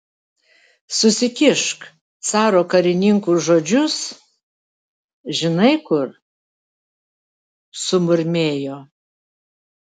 susikišk caro karininkų žodžius žinai kur sumurmėjo